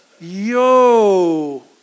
Yo